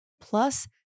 Plus